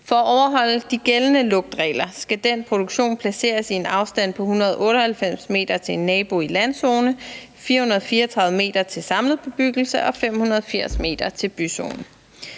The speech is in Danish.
For at overholde de gældende lugtregler skal den produktion placeres i en afstand på 198 m til en nabo i landzone, 434 m til samlet bebyggelse og 580 m til byzone.